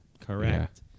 Correct